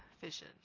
vision